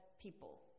people